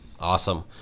Awesome